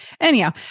Anyhow